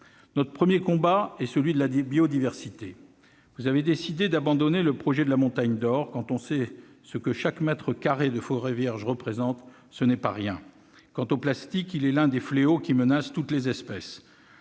Notre premier combat est celui pour la biodiversité. En la matière, vous avez décidé d'abandonner le projet de la Montagne d'or. Quand on sait ce que chaque mètre carré de forêt vierge représente, ce n'est pas rien. S'agissant du plastique, l'un des fléaux qui menacent toutes les espèces,